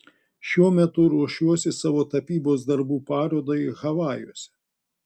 šiuo metu ruošiuosi savo tapybos darbų parodai havajuose